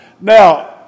Now